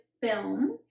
film